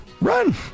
Run